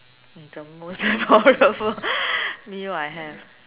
the most memorable meal I have